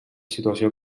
situació